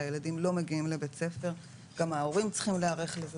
כשהילדים לא מגיעים לבית הספר גם ההורים צריכים להיערך לזה,